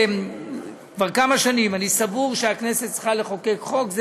כבר כמה שנים אני סבור שהכנסת צריכה לחוקק חוק,